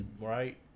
right